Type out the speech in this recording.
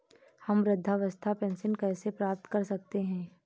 हम वृद्धावस्था पेंशन कैसे प्राप्त कर सकते हैं?